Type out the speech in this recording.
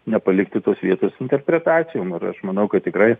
nepalikti tos vietos interpretacijom ir aš manau kad tikrai